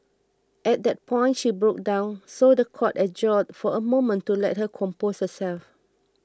at that point she broke down so the court adjourned for a moment to let her compose herself